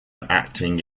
acting